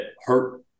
hurt